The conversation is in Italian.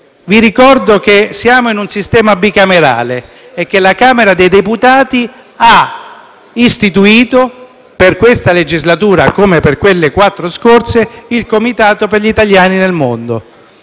Ricordo che siamo in un sistema bicamerale e che la Camera dei deputati ha istituito per l'attuale legislatura, come per le quattro precedenti, il Comitato per gli italiani nel mondo.